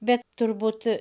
bet turbūt